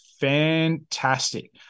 fantastic